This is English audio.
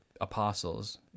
apostles—